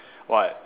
what